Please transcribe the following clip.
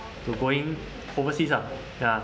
to going overseas ah ya